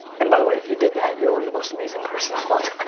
and by the way, if you did that, you are the most amazing person of